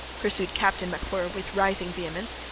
pursued captain macwhirr with rising vehemence.